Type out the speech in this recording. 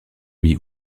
lui